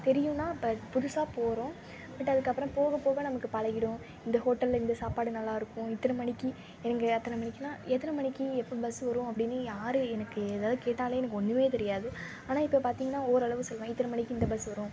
தெரியும்னால் அப்போ புதுசாக போகிறோம் பட் அதுக்கு அப்புறம் போக போக நமக்கு பழகிடும் இந்த ஹோட்டலில் இந்த சாப்பாடு நல்லா இருக்கும் இத்தனை மணிக்கு எங்கள் எத்தனை மணிக்கெலாம் எத்தனை மணிக்கு பஸ்ஸு வரும் அப்படினு யார் எனக்கு ஏதாவது கேட்டாலே எனக்கு ஒன்றுமே தெரியாது ஆனால் இப்போ பார்த்திங்கன்னா ஓரளவு சொல்லுவேன் இத்தனை மணிக்கு இந்த பஸ்ஸு வரும்